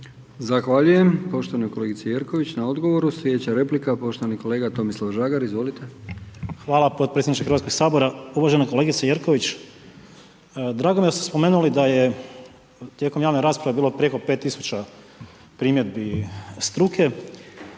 Zahvaljujem poštovanoj kolegici Jerković na odgovoru. Slijedeća replika poštovani kolega Tomislav Žagar, izvolite. **Žagar, Tomislav (Nezavisni)** Hvala potpredsjedniče Hrvatskog sabora. Drago mi je da ste spomenuli da je tijekom javne rasprave bilo preko 5000 primjedbi struke